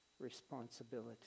responsibility